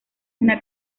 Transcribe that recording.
una